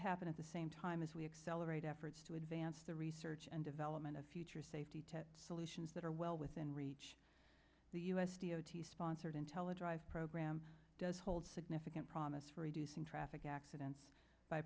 happen at the same time as we accelerate efforts to advance the research and development of future safety solutions that are well within reach the u s d o t sponsored intel a drive program does hold significant promise for reducing traffic accidents by